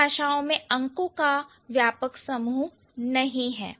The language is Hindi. सभी भाषाओं में अंको का व्यापक समूह नहीं है